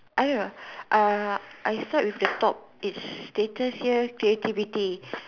I don't know uh I start with the top is stated here creativity